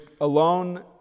alone